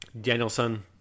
Danielson